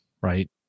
right